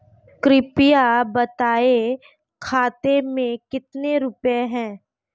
कृपया बताएं खाते में कितने रुपए हैं?